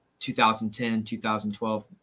2010-2012